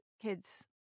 kids